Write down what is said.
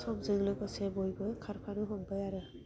समजों लोगोसे बयबो खारफानो हमबाय आरो